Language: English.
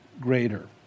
greater